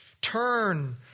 turn